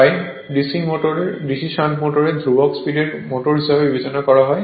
তাই DC shunt মোটরকে ধ্রুবক স্পিডের মোটর হিসাবে বিবেচনা করা হয়